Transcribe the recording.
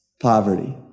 poverty